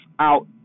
out